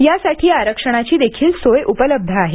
यासाठी आरक्षणाचीदेखील सोय उपलब्ध आहे